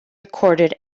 recorded